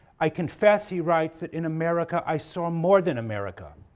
i confess, he writes, that in america i saw more than america.